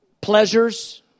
pleasures